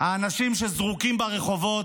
האנשים שזרוקים ברחובות,